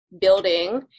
building